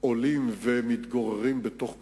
עולים ומתגוררים בתוך כרמיאל,